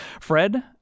Fred